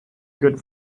good